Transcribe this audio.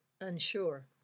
unsure